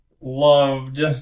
loved